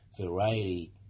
Variety